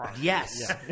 Yes